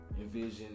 envision